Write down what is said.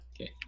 Okay